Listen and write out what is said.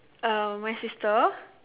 uh my sister